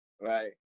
right